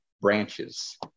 branches